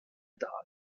dahl